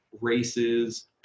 races